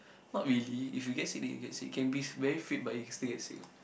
not really if you get sick then you get sick can be very fit but you still get sick what